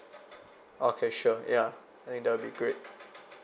okay sure ya I think that will be great